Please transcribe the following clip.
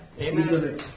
Amen